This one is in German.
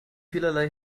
vielerlei